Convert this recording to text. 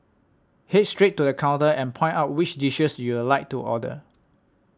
head straight to the counter and point out which dishes you'd like to order